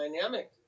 dynamic